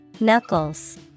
Knuckles